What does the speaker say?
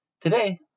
Today